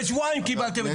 בשבועיים קיבלתם.